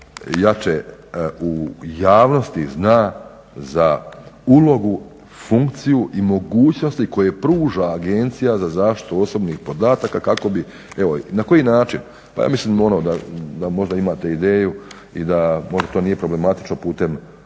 jače u javnosti zna za ulogu, funkciju i mogućnosti koje pruža Agencija za zaštitu osobnih podataka kako bi, na koji način, ja mislim da možda imate ideju i da možda to nije problematično putem